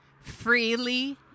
freely